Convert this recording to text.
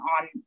on